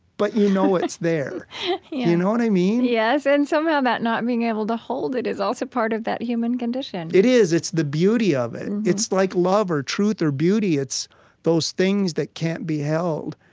but you know it's there. you know what i mean? yes, and somehow that not being able to hold it is also part of that human condition it is. it's the beauty of it. it's like love, or truth, or beauty. it's those things that can't be held.